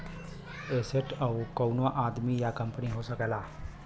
asset कउनो आदमी या कंपनी हो सकला